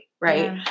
Right